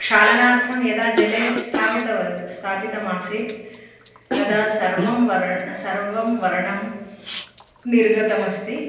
क्षालनार्थं यदा जले स्थापितवती स्थापितमासीत् तदा सर्वं वर्णं सर्वं वर्णं निर्गतमस्ति